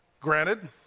Granted